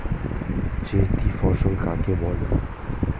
চৈতি ফসল কাকে বলে?